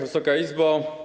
Wysoka Izbo!